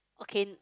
okay